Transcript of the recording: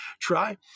Try